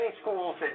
schools